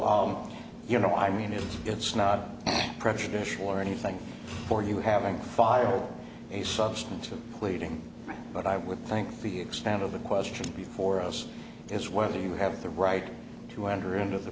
so you know i mean if it's not prejudicial or anything for you having filed a substantive pleading but i would think the extent of the question before us is whether you have the right to enter into the